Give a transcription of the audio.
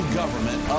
government